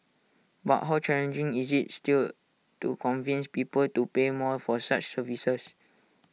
but how challenging is IT still to convince people to pay more for such services